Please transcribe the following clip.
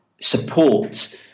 support